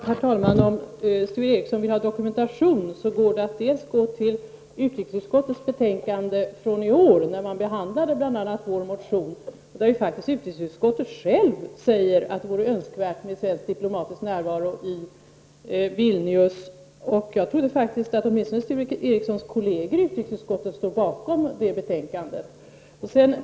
Herr talman! Om Sture Ericson vill ha dokumentation, kan han gå till utrikesutskottets betänkande från i år, när man behandlade bl.a. vår motion. Där säger utrikesutskottet självt att det vore önskvärt med svensk diplomatisk närvaro i Vilnius. Jag trodde faktiskt att åtminstone Sture Ericsons kolleger i utrikesutskottet stod bakom det betänkandet.